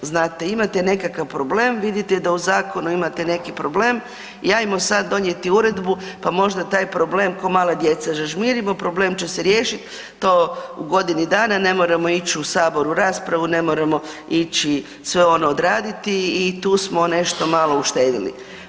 Znate, imate nekakav problem, vidite da u zakonu imate neki problem, i ajmo sad donijeti uredbu pa možda taj problem ko mala djeca zažmirimo, problem će se riješiti, to u godini dana ne moramo ići u Sabor u raspravu, ne moramo ići sve ono odraditi i tu smo nešto malo uštedili.